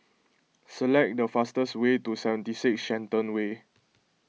select the fastest way to seventy six Shenton Way